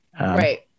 Right